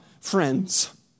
friends